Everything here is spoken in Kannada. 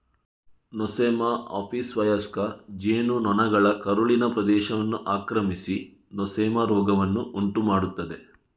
ನೊಸೆಮಾ ಆಪಿಸ್ವಯಸ್ಕ ಜೇನು ನೊಣಗಳ ಕರುಳಿನ ಪ್ರದೇಶವನ್ನು ಆಕ್ರಮಿಸಿ ನೊಸೆಮಾ ರೋಗವನ್ನು ಉಂಟು ಮಾಡ್ತದೆ